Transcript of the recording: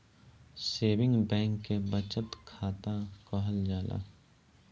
saving bank के बचत खाता कहल जाला